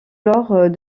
lors